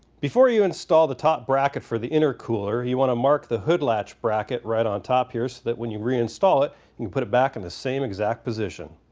before you install the top bracket for the intercooler, you want to mark the hood latch bracket right on top here so that when you reinstall it you can put it back in the same exact position.